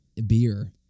beer